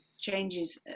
changes